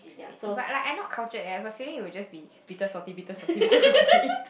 but I like not culture at if I finished I will just be bitter salty bitter salty bitter salty